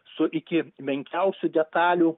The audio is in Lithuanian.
su iki menkiausių detalių